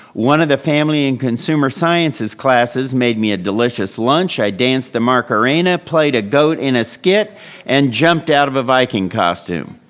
one of the family and consumer sciences classes made me a delicious lunch. i danced the macarena, played a goat in a skit and jumped out of a viking costume.